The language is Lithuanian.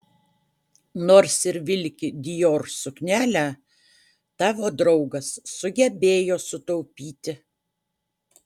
nors ir vilki dior suknelę tavo draugas sugebėjo sutaupyti